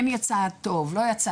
לא יצא טוב,